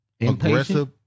Aggressive